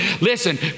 Listen